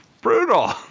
brutal